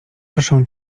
proszę